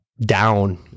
down